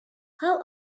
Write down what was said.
how